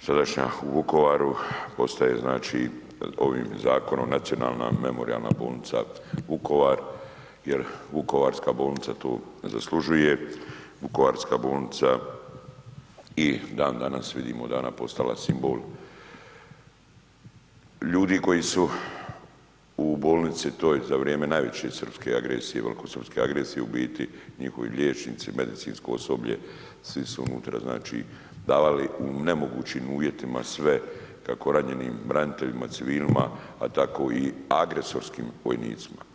sadašnja u Vukovaru postaje ovim zakonom Nacionalna memorijalna bolnica Vukovar jer Vukovarska bolnica to zaslužuje, Vukovarska bolnica i dan danas vidimo da je ona postala simbol ljudi koji su u bolnici toj za vrijeme najveće velikosrpske agresije u biti njihovi liječnici, medicinsko osoblje svi su unutra davali u nemogućim uvjetima sve kako ranjenim braniteljima, civilima, a tako i agresorskim vojnicima.